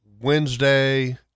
Wednesday